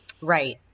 right